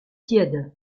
tiède